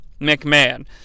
McMahon